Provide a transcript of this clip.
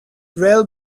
rail